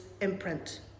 imprint